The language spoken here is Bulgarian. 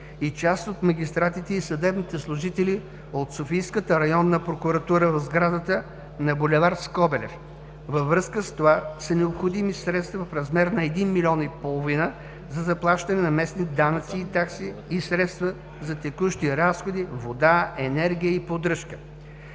и част от магистратите и съдебните служители от Софийската районна прокуратура в сградата на бул. „Скобелев“. Във връзка с това са необходими средства, в размер на 1 милион и половина за заплащане на местни данъци и такси и средства за текущи разходи – вода, енергия и поддръжка.